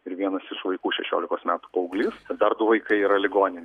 ir vienas iš vaikų šešiolikos metų paauglys ir dar du vaikai yra ligoninėj